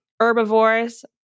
Herbivores